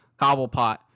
cobblepot